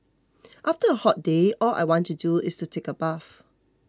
after a hot day all I want to do is take a bath